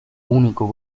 único